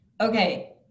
okay